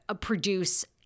produce